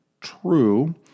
true